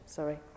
Sorry